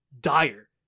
dire